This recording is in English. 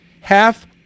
Half